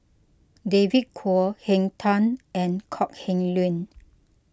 David Kwo Henn Tan and Kok Heng Leun